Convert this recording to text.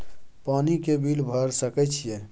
पानी के बिल भर सके छियै?